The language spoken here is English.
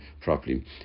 properly